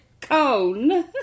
cone